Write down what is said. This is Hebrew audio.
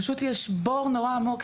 פשוט יש בור נורא עמוק.